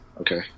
Okay